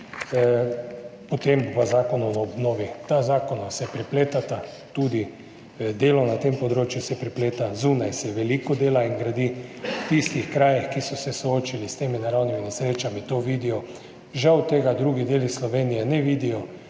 Potem o zakonu o obnovi. Ta dva zakona se prepletata, tudi delo na tem področju se prepleta, zunaj se veliko dela in gradi, v tistih krajih, ki so se soočili s temi naravnimi nesrečami, to vidijo. Žal tega drugi deli Slovenije ne vidijo